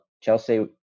Chelsea